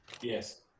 Yes